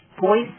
voice